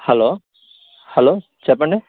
hello hello చెప్పండి